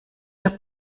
der